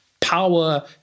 power